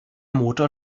motor